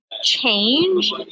change